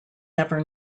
never